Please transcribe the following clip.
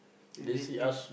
did they di~